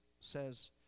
says